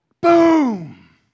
boom